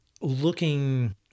looking